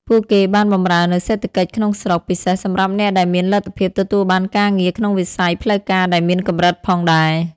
ពួកគេបានបម្រើនូវសេដ្ឋកិច្ចក្នុងស្រុក ពិសេសសម្រាប់អ្នកដែលមានលទ្ធភាពទទួលបានការងារក្នុងវិស័យផ្លូវការដែលមានកម្រិតផងដែរ ។